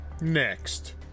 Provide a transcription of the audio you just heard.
Next